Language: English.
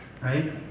right